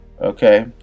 okay